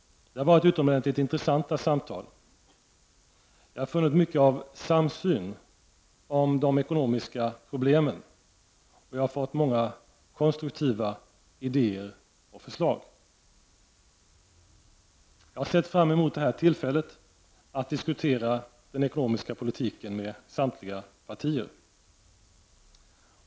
Det har varit utomordentligt intressanta samtal. Jag har funnit mycket av samsyn om de ekonomiska problemen, och jag har fått många konstruktiva idéer och förslag. Jag har sett fram emot detta tillfälle att diskutera den ekonomiska politi ken med samtliga partier.